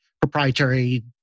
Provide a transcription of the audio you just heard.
proprietary